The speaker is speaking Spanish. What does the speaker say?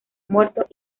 muertos